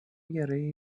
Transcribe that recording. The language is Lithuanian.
gerai